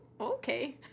okay